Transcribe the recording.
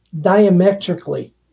diametrically